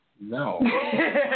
No